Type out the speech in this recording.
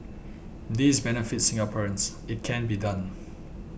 this benefits Singaporeans it can be done